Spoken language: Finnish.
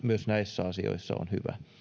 myös näissä asioissa on hyvä